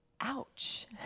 Ouch